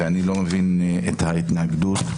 ואני לא מבין את ההתנגדות,